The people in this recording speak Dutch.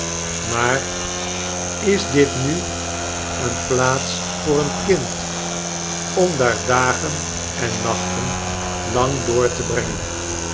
maar is dit nu een plaats voor een kind om daar dagen en nachten lang door te brengen